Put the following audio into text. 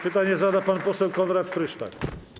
Pytanie zada pan poseł Konrad Frysztak.